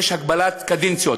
יש הגבלת קדנציות.